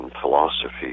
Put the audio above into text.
philosophy